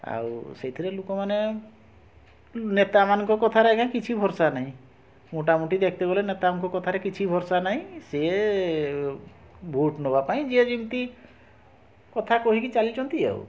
ଆଉ ସେଇଥିରେ ଲୋକମାନେ ନେତା ମାନଙ୍କ କଥାରେ ଆଜ୍ଞା କିଛି ଭରଷା ନାହିଁ ମୋଟାମୋଟି ଦେଖତେ ଗଲେ ନେତାଙ୍କ କଥାରେ କିଛି ଭରଷା ନାହିଁ ସିଏ ଭୋଟ୍ ନେବାପାଇଁ ଯିଏ ଯେମିତି କଥା କହିକି ଚାଲିଛନ୍ତି ଆଉ